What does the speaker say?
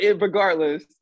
regardless